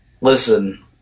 Listen